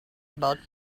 about